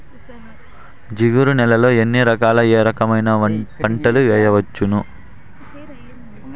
జిగురు నేలలు ఎన్ని రకాలు ఏ రకమైన పంటలు వేయవచ్చును?